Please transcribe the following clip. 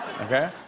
Okay